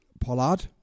Pollard